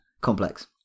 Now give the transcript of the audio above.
complex